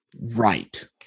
right